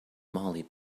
molly